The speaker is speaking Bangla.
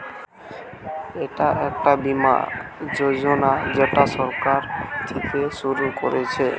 এটা একটা বীমা যোজনা যেটা সরকার থিকে শুরু করছে